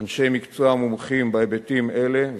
אנשי מקצוע מומחים בהיבטים אלה,